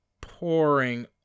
pouring